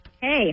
Hey